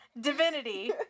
divinity